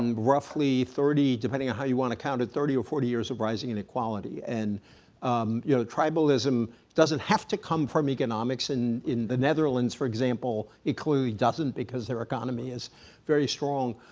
um roughly thirty, depending on how you want to count it, thirty or forty years of rising inequality. and um you know tribalism doesn't have to come from economics and in the netherlands for example it clearly doesn't because their economy is very strong,